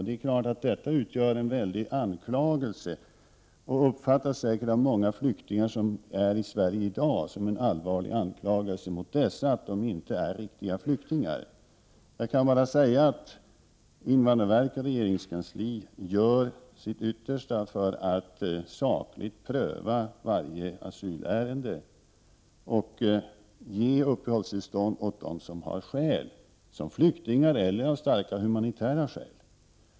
Detta utgör naturligtvis en allvarlig anklagelse och uppfattas säkert av många flyktingar i Sverige som en allvarlig anklagelse mot dem att de inte är riktiga flyktingar. Jag kan bara säga att invandrarverket och regeringskansliet gör sitt yttersta för att sakligt pröva varje asylärende och ge uppehållstillstånd till dem som har skäl, flyktingskäl eller starka humanitära skäl.